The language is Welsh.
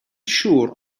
siŵr